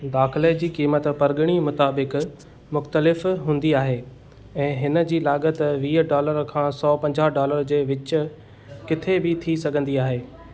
दाख़िले जी क़ीमत परॻणो मुताबिक़ि मुख़्तलिफ़ु हूंदी आहे ऐं हिन जी लाॻति वीह डॉलर खां सौ पंजाहु डॉलर जे विच किते बि थी सघंदी आहे